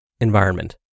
environment